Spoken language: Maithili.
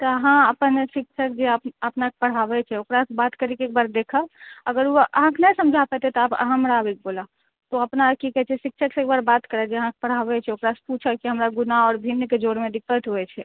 तऽ अहाँ अपन शिक्षक जे अप अपनाके पढ़ाबै छै ओकरा सऽ बात करिके एक बार देखब अगर ओ अहाँके नहि समझा सकतै तब अहाँ हमरा आबिके बोलब तऽ अपना आर की कहै छै शिक्षक सऽ एक बेर बात करब जे अहाँ जे पढ़ाबै छियै ओकरा से पुछब कि हमरा गुणा आओर भिन्नके जोड़मे दिक्कत होइ छै